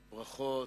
ברכות.